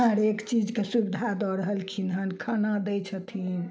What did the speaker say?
हरेक चीजके सुबिधा दऽ रहलखिन हन खाना दै छथिन